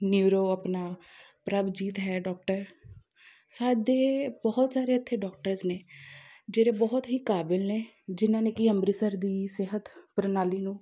neuro ਆਪਣਾ ਪ੍ਰਭਜੀਤ ਹੈ doctor ਸਾਡੇ ਬਹੁਤ ਸਾਰੇ ਇੱਥੇ ਡੋਕਟਰਸ ਨੇ ਜਿਹੜੇ ਬਹੁਤ ਹੀ ਕਾਬਿਲ ਨੇ ਜਿਨ੍ਹਾਂ ਨੇ ਕਿ ਅੰਮ੍ਰਿਤਸਰ ਦੀ ਸਿਹਤ ਪ੍ਰਣਾਲੀ ਨੂੰ